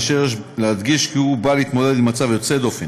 אשר יש להדגיש כי הוא נועד להתמודד עם מצב יוצא דופן